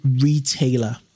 retailer